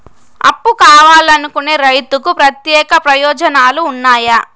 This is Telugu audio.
అప్పు కావాలనుకునే రైతులకు ప్రత్యేక ప్రయోజనాలు ఉన్నాయా?